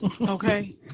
Okay